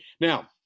Now